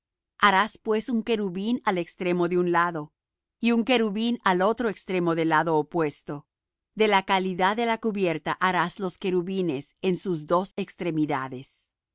harás pues un querubín al extremo de un lado y un querubín al otro extremo del lado opuesto de la calidad de la cubierta harás los querubines en sus dos extremidades